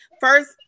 first